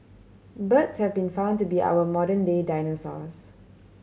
birds have been found to be our modern day dinosaurs